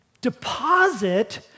deposit